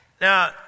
Now